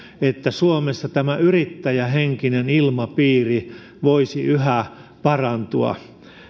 että suomessa tämä yrittäjähenkinen ilmapiiri voisi yhä parantua